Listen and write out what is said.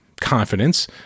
confidence